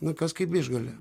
nu kaip išgali